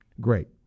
great